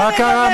מה קרה?